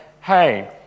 hey